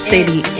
City